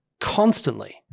constantly